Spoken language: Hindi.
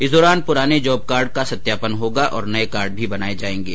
इस दौरान पुराने जॉब कार्ड का सत्यापन होगा और नये कार्ड भी बनाये जायेंगे